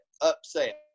upset